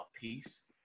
Peace